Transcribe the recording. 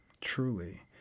Truly